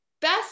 best